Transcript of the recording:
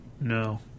No